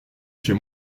chez